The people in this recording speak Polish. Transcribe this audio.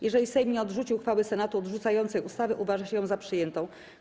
Jeżeli Sejm nie odrzuci uchwały Senatu odrzucającej ustawę, uważa się ją za przyjętą.